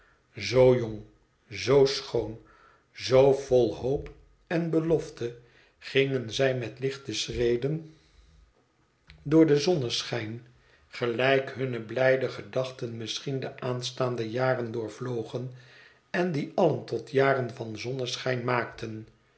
zoo jong zoo schoon zoo vol hoop en belofte gingen zij met lichte schreden door den zonneschijn gelijk hunne blijde gedachten misschien de aanstaande jaren doorvlogen en die allen tot jaren van zonneschijn maakten